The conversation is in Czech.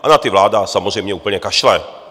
Na ty vláda samozřejmě úplně kašle.